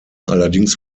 allerdings